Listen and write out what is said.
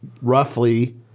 roughly